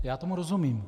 Já tomu rozumím.